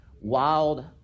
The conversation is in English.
wild